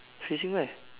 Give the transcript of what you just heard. facing where